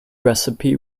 recipe